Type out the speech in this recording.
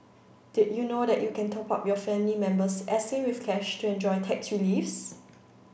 did you know that you can top up your family member's S A with cash to enjoy tax reliefs